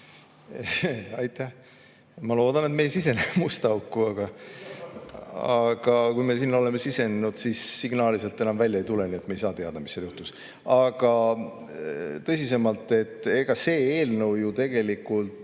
Aitäh! Ma loodan, et me ei sisene musta auku. Aga kui me sinna oleme sisenenud, siis signaali sealt enam välja ei tule. Nii et me ei saa teada, mis seal juhtus. Aga kui tõsisemalt, siis see eelnõu ju sisuliselt